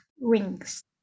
rings